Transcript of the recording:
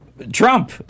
Trump